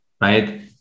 Right